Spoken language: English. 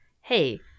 hey